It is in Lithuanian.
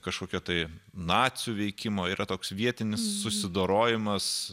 kažkokio tai nacių veikimo yra toks vietinis susidorojimas